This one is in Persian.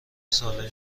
سالمی